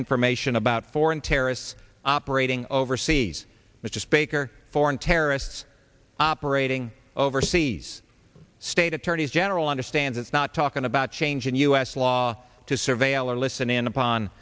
information about foreign terrorists operating overseas which just baker foreign terrorists operating overseas state attorneys general understand it's not talking about change in u s law to surveil or listen in upon